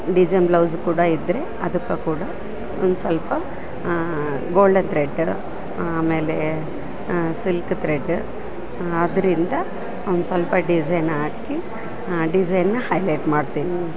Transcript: design blouse ಕೂಡ ಇದ್ದರೆ ಅದಕ್ಕೆ ಕೂಡ ಒಂದು ಸ್ವಲ್ಪ ಗೋಲ್ಡನ್ ತ್ರೆಡ್ಡ ಆಮೇಲೆ ಸಿಲ್ಕ್ ತ್ರೆಡ್ಡ ಅದರಿಂದ ಒಂದು ಸ್ವಲ್ಪ ಡಿಸೈನ್ ಹಾಕಿ ಡಿಸೈನನ್ನ ಹೈಲೆಟ್ ಮಾಡ್ತೀನಿ